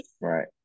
right